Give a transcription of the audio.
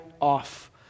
off